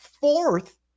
fourth